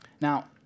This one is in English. Now